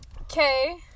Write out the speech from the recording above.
okay